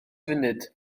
funud